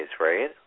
right